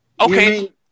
Okay